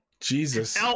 Jesus